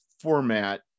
format